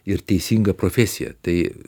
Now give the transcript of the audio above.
ir teisinga profesija tai